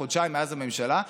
וחודשיים מאז הממשלה.